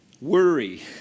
worry